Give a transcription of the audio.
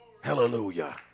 Hallelujah